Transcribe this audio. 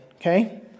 okay